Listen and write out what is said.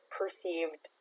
perceived